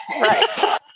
Right